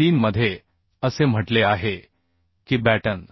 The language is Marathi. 3 मध्ये असे म्हटले आहे की बॅटन